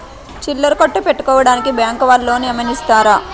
చిల్లర కొట్టు పెట్టుకోడానికి బ్యాంకు వాళ్ళు లోన్ ఏమైనా ఇస్తారా?